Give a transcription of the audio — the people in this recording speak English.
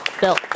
Bill